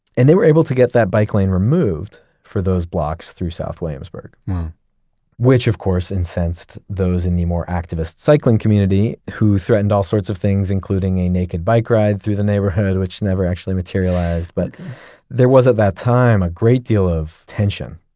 and they were able to get that bike lane removed for those blocks through south williamsburg wow which of course incensed those in the more activists cycling community who threatened all sorts of things, including a naked bike ride through the neighborhood, which never actually materialized, but there was at that time a great deal of tension.